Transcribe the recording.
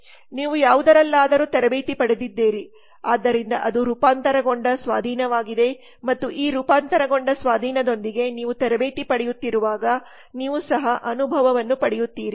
ನೀವು ಯಾವುದರಲ್ಲಾದರು ತರಬೇತಿ ಪಡೆದಿದ್ದೀರಿ ಆದ್ದರಿಂದ ಅದು ರೂಪಾಂತರಗೊಂಡ ಸ್ವಾಧೀನವಾಗಿದೆ ಮತ್ತು ಈ ರೂಪಾಂತರಗೊಂಡ ಸ್ವಾಧೀನದೊಂದಿಗೆ ನೀವು ತರಬೇತಿ ಪಡೆಯುತ್ತಿರುವಾಗ ನೀವು ಸಹ ಅನುಭವವನ್ನು ಪಡೆಯುತ್ತೀರಿ